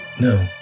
No